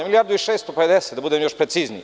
Milijardu i 650, da budem još precizniji.